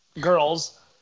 girls